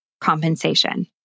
compensation